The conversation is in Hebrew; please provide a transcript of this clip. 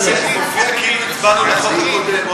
המסכים לא מעודכנים.